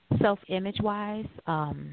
self-image-wise